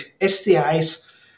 STIs